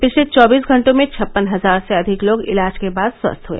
पिछले चौबीस घंटों में छप्पन हजार से अधिक लोग इलाज के बाद स्वस्थ हए